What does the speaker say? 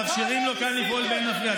אנחנו מאפשרים לו לפעול באין מפריע.